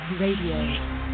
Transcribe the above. Radio